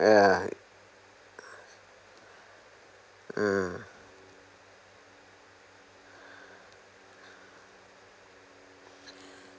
yeah uh